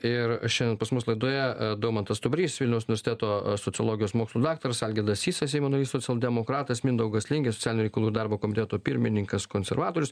ir šiandien pas mus laidoje daumantas stumbrys vilniaus universiteto sociologijos mokslų daktaras algirdas sysas seimo narys socialdemokratas mindaugas lingė socialinių reikalų ir darbo komiteto pirmininkas konservatorius